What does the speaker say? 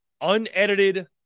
unedited